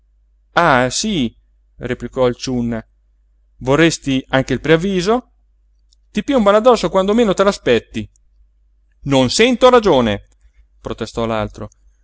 ah sí replicò il ciunna vorresti anche il preavviso ti piombano addosso quando meno te l'aspetti non sento ragione protestò